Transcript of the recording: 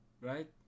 right